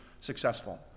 successful